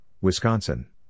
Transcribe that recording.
Wisconsin